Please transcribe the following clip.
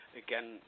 again